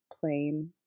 plain